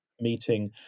meeting